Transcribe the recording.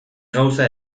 gauza